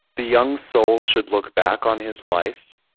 the young soul should look back on his life